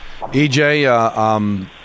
EJ